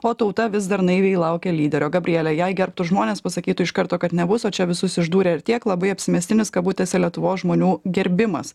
o tauta vis dar naiviai laukia lyderio gabriele jei gerbtų žmonės pasakytų iš karto kad nebus o čia visus išdūrė ir tiek labai apsimestinis kabutėse lietuvos žmonių gerbimas